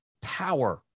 power